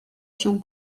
się